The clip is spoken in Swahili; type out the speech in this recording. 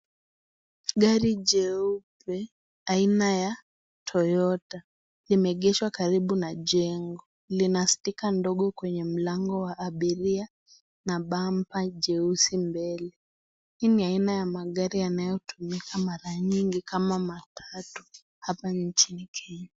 Gari jeupe ainaya Toyota limeegeshwa karibu na jengo lina sticker ndogo kwenye mlango wa abiria na bumper jeusi mbele. Hii ni aina ya gari inayotumika mara nyingi kama matatu hapa Kenya.